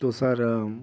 ତ ସାର୍